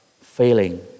failing